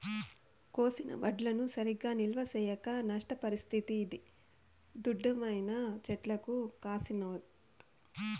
కోసిన వడ్లను సరిగా నిల్వ చేయక నష్టపరిస్తిది దుడ్డేమైనా చెట్లకు కాసినాదో